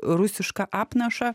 rusišką apnašą